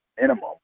minimum